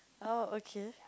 oh okay